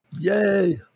Yay